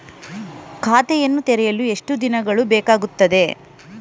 ಖಾತೆಯನ್ನು ತೆರೆಯಲು ಎಷ್ಟು ದಿನಗಳು ಬೇಕಾಗುತ್ತದೆ?